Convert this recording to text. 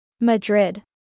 Madrid